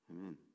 Amen